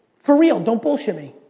for real, don't bullshit me.